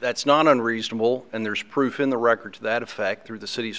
that's not unreasonable and there's proof in the record to that effect through the city's